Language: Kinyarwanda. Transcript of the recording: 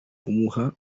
kumuha